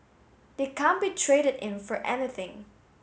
they can't be traded in for anything